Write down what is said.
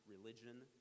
religion